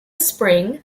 spring